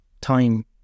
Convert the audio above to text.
time